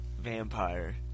vampire